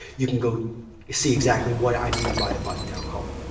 you can go see exactly what i mean by a button-down collar.